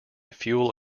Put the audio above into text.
fuel